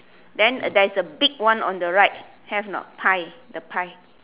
then there's a big one on the right have or not pie the pie